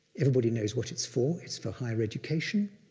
everybody knows what it's for. it's for higher education.